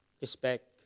respect